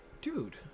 Dude